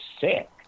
sick